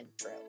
true